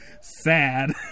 Sad